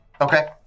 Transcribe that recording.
okay